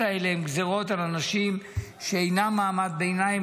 האלה הן גזירות על אנשים שאינם ממעמד הביניים,